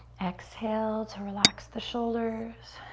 exhale to relax the shoulders.